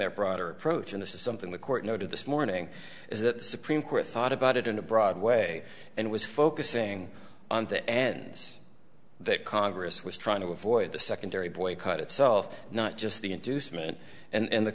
their broader approach and this is something the court noted this morning is that the supreme court thought about it in a broadway and was focusing on the ends that congress was trying to avoid the secondary boycott itself not just the inducement and the